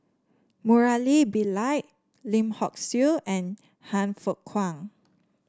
Murali Pillai Lim Hock Siew and Han Fook Kwang